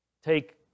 take